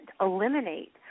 eliminate